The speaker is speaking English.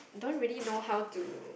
don't really know how to